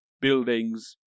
buildings